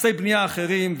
מעשי בנייה אחרים,